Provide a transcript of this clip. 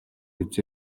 биз